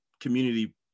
community